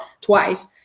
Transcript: twice